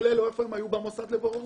כל אלו היו במוסד לבוררות.